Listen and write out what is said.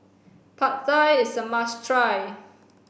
Pad Thai is a must try